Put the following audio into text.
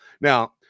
Now